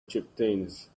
chieftains